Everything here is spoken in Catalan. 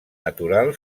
natural